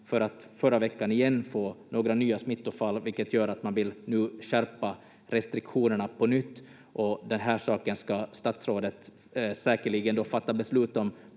för att förra veckan igen få några nya smittofall, vilket gör att man nu vill skärpa restriktionerna på nytt, och den här saken ska statsrådet säkerligen fatta beslut om